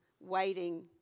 waiting